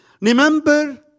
Remember